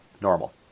normal